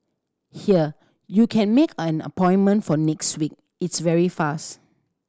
here you can make an appointment for next week it's very fast